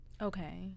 Okay